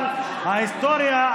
אבל בהיסטוריה,